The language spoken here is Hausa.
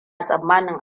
tsammanin